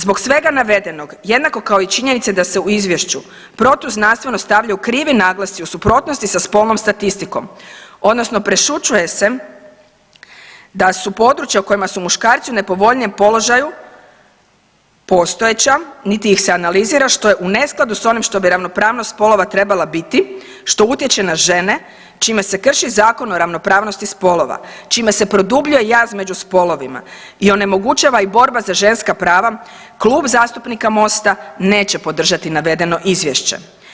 Zbog svega navedenog jednako kao i činjenice da se u izvješću protuznanstveno stavljaju krivi naglasci u suprotnosti sa spolnom statistikom odnosno prešućuje se da su područja u kojima su muškarci u nepovoljnijem položaju postojeća niti ih se analizira što je u neskladu s onim što bi ravnopravnost spolova trebala biti što utječe na žene čime se krši Zakon o ravnopravnosti spolova, čime se produbljuje jaz među spolovima i onemogućava i borba za ženska prava Klub zastupnika Mosta neće podržati navedeno izvješće.